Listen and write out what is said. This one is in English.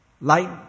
Light